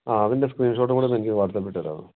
ആ അതിൻ്റെ സ്ക്രീൻഷോട്ട് കൂടെ ഒന്ന് എനിക്ക് വാട്സപ്പിൽ ഇട്ടേക്കാമോ